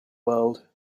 world